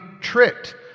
tricked